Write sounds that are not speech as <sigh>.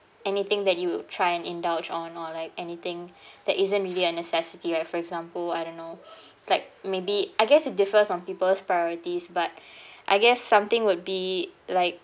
anything that you try and indulge on or like anything that isn't really a necessity right for example I don't know <breath> like maybe I guess it differs on people's priorities but <breath> I guess something would be like